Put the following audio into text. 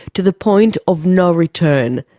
to the point of no return.